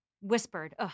Whispered